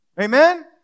Amen